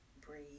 Breathe